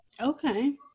Okay